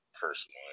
personally